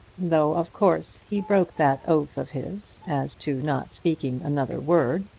though, of course, he broke that oath of his as to not speaking another word.